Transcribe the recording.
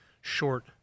short